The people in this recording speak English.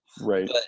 Right